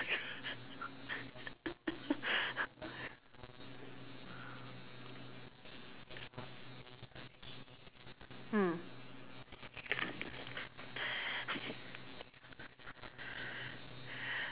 mm